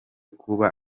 kuba